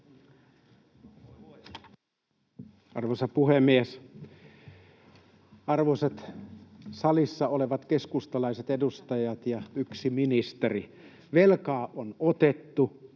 Arvoisa puhemies! Arvoisat salissa olevat keskustalaiset edustajat ja yksi ministeri, velkaa on otettu,